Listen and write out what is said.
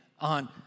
on